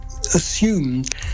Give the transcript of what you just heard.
assumed